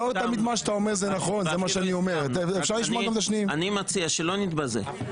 אני מציע שלא נתבזה.